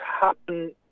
happen